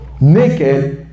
Naked